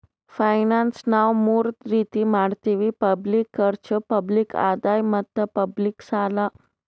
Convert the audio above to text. finance ನಾವ್ ಮೂರ್ ರೀತಿ ಮಾಡತ್ತಿವಿ ಪಬ್ಲಿಕ್ ಖರ್ಚ್, ಪಬ್ಲಿಕ್ ಆದಾಯ್ ಮತ್ತ್ ಪಬ್ಲಿಕ್ ಸಾಲ